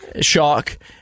Shock